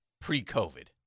pre-COVID